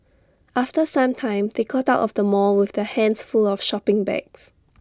after some time they got out of the mall with their hands full of shopping bags